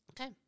Okay